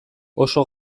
oso